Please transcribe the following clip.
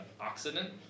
oxidant